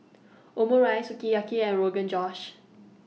Omurice Sukiyaki and Rogan Josh